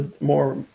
more, –